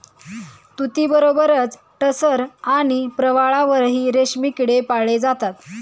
तुतीबरोबरच टसर आणि प्रवाळावरही रेशमी किडे पाळले जातात